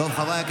תודה.